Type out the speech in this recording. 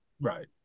Right